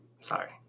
Sorry